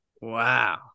Wow